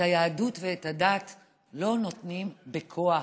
את היהדות ואת הדת לא נותנים בכוח,